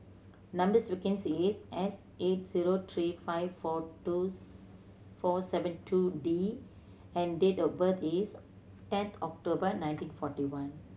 number sequence is S eight zero three five four two four seven two D and date of birth is ten October nineteen forty one